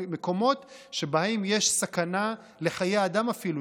מקומות שבהם יש סכנה לחיי אדם אפילו,